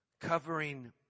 covering